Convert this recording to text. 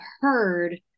heard